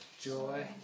joy